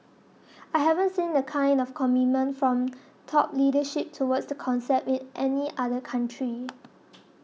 I haven't seen the kind of commitment from top leadership towards the concept in any other country